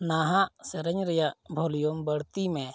ᱱᱟᱦᱟᱜ ᱥᱮᱨᱮᱧ ᱨᱮᱱᱟᱜ ᱵᱷᱚᱞᱤᱭᱩᱢ ᱵᱟᱹᱲᱛᱤᱢᱮ